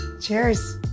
Cheers